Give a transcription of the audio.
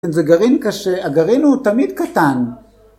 זה גרעין קשה, הגרעין הוא תמיד קטן.